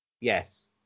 Yes